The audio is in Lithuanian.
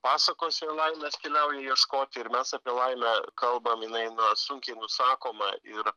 pasakose laimės keliauja ieškoti ir mes apie laimę kalbam jinai na sunkiai nusakoma ir